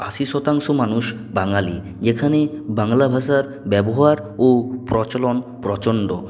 আশি শতাংশ মানুষ বাঙালি যেখানে বাংলা ভাষার ব্যবহার ও প্রচলন প্রচণ্ড